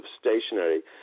stationary